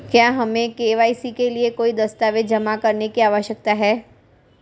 क्या हमें के.वाई.सी के लिए कोई दस्तावेज़ जमा करने की आवश्यकता है?